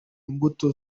imbuto